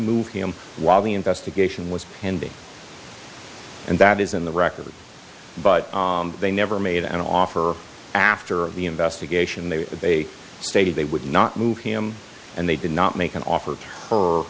move him while the investigation was pending and that is in the records but they never made an offer after the investigation they they stated they would not move him and they did not make an offer